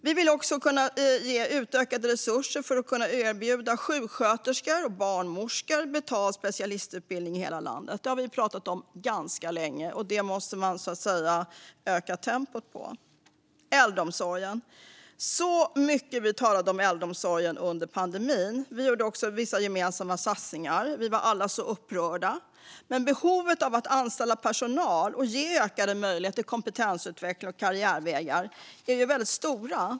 Vi vill också ge utökade resurser för att kunna erbjuda sjuksköterskor och barnmorskor betald specialistutbildning i hela landet. Det har vi pratat om ganska länge, och här måste man öka tempot. Så till äldreomsorgen. Så mycket vi talade om äldreomsorgen under pandemin! Vi gjorde också vissa gemensamma satsningar. Vi var alla så upprörda. Behoven av att anställa personal och ge ökade möjligheter till kompetensutveckling och karriärvägar är väldigt stora.